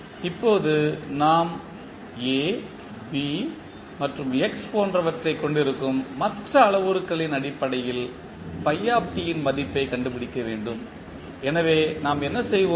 இப்போது நாம் A B மற்றும் x போன்றவற்றைக் கொண்டிருக்கும் மற்ற அளவுருக்களின் அடிப்படையில் இன் மதிப்பைக் கண்டுபிடிக்க வேண்டும் எனவே நாம் என்ன செய்வோம்